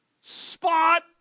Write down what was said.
Spot